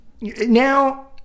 now